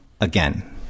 again